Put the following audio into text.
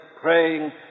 praying